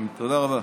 תודה רבה.